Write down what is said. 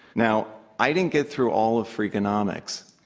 now, i didn't get through all of freakonomics,